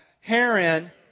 heron